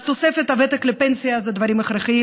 אז תוספת הוותק לפנסיה זה דבר הכרחי.